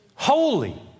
Holy